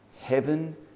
heaven